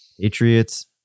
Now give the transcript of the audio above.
Patriots